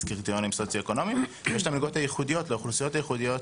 קריטריונים סוציואקונומיים ויש את המלגות היותר ייחודיות